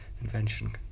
invention